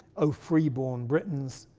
o free-born britons,